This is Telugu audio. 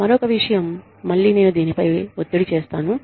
మరొక విషయం మళ్ళీ నేను దీనిపై ఒత్తిడి చేస్తాను